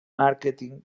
màrqueting